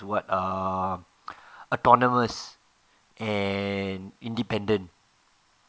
to what uh autonomous and independent